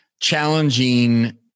challenging